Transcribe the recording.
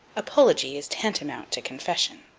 apology is tantamount to confession.